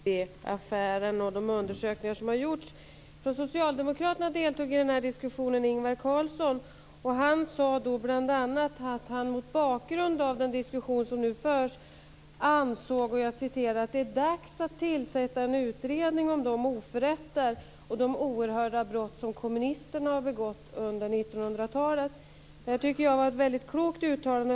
Herr talman! I TV 4 i morse diskuterades olika frågor med anledning av IB-affären och de undersökningar som har gjorts. Från Socialdemokraterna deltog i diskussionen Ingvar Carlsson. Han sade bl.a. att mot bakgrund av den diskussion som nu förs ansåg han att det är dags att tillsätta en utredning om de oförrätter och de oerhörda brott som kommunisterna har begått under 1900-talet. Jag tycker att det var ett klokt uttalande.